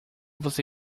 você